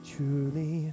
Truly